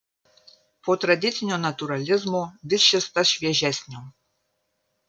po tradicinio natūralizmo vis šis tas šviežesnio